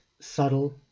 subtle